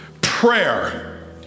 prayer